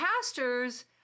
pastors